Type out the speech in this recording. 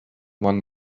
one